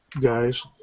guys